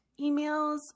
emails